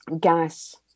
gas